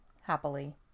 happily